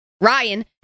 Ryan